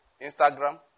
Instagram